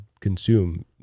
consume